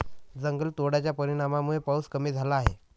जंगलतोडाच्या परिणामामुळे पाऊस कमी झाला आहे